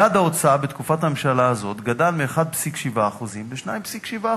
יעד ההוצאה בתקופת הממשלה הזאת גדל מ-1.7% ל-2.7%.